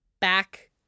back